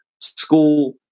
school